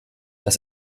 das